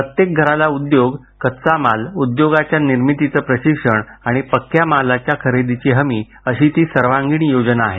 प्रत्येक घराला उद्योग कच्चा माल उद्योगाच्या निर्मितीचं प्रशिक्षण आणि पक्क्या मालाच्या खरेदीची हमी अशी ती सर्वांगीण योजना आहे